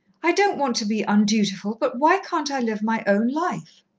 i don't want to be undutiful, but why can't i live my own life?